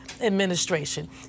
administration